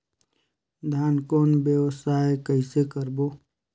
धान कौन व्यवसाय कइसे करबो?